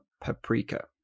Paprika